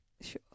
Sure